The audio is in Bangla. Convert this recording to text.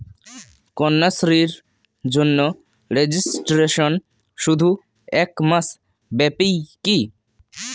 কন্যাশ্রীর জন্য রেজিস্ট্রেশন শুধু এক মাস ব্যাপীই কি?